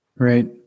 Right